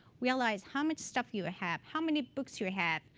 realize how much stuff you have, how many books you have,